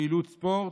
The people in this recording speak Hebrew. פעילות ספורט.